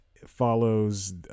Follows